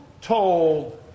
told